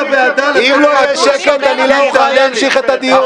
--- אם לא יהיה שקט אני לא אוכל להמשיך את הדיון.